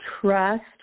trust